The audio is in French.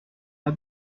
pas